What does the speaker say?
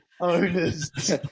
Owners